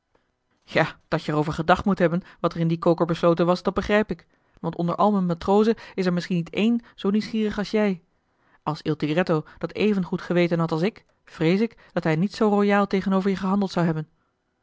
ja dat je er over gedacht moet hebben wat er in dien koker besloten was dat begrijp ik want onder al m'n matrozen is er misschien niet een zoo nieuwsgierig als jij als il tigretto dat even goed geweten had als ik vrees ik dat hij niet zoo royaal tegenover je gehandeld zou hebben